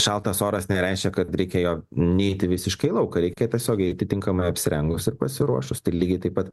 šaltas oras nereiškia kad reikia jog neiti visiškai į lauką reikia tiesiog eiti tinkamai apsirengus ir pasiruošus tai lygiai taip pat